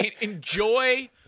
enjoy